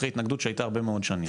אחרי התנגדות שהייתה הרבה מאוד שנים.